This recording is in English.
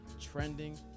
trending